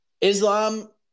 Islam